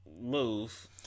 move